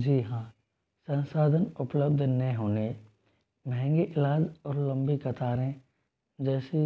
जी हाँ संसाधन उपलब्ध ने हमने महंगी क्लान और लम्बी कतारें जैसी